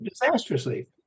disastrously